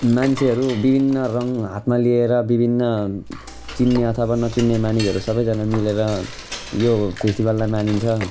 मान्छेहरू विभिन्न रङ हातमा लिएर विभिन्न चिन्ने अथवा नचिन्ने मानिसहरू सबैजना मिलेर यो फेस्टिभललाई मानिन्छ